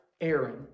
Aaron